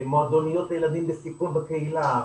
מועדוניות לילדים בסיכון בקהילה,